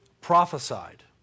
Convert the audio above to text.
prophesied